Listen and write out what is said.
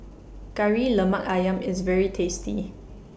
Kari Lemak Ayam IS very tasty